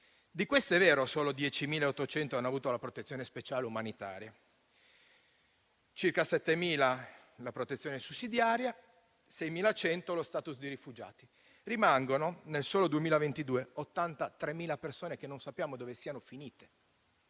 Di queste, è vero che solo 10.800 circa hanno avuto la protezione speciale umanitaria, circa 7.000 hanno avuto la protezione sussidiaria e 6.100 lo *status* di rifugiati. Rimangono, nel solo 2022, 83.000 persone che non sappiamo dove siano finite,